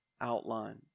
outline